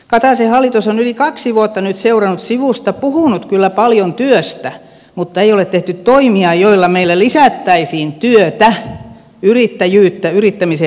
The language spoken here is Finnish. kataisen hallitus on yli kaksi vuotta nyt seurannut sivusta puhunut kyllä paljon työstä mutta ei ole tehty toimia joilla meillä lisättäisiin työtä yrittäjyyttä yrittämisen edellytyksiä